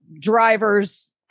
drivers